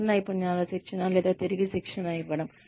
కొత్త నైపుణ్యాల శిక్షణ లేదా తిరిగి శిక్షణ ఇవ్వడం